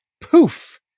Poof